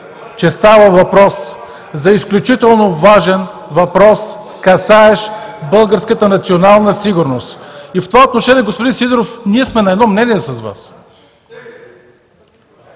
че става въпрос за изключително важен въпрос, касаещ българската национална сигурност. И в това отношение, господин Сидеров, ние сме на едно мнение с Вас.